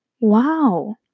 wow